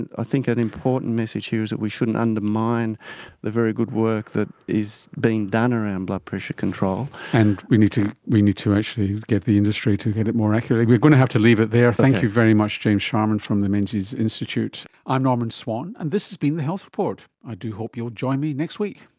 and i think an important message here is that we shouldn't undermine the very good work that is being done around blood pressure control, and norman swan and we need to actually get the industry to get it more accurate. we're going to have to leave it there. thank you very much james sharman from the menzies institute. i'm norman swan and this has been the health report. i do hope you'll join me next week